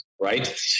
right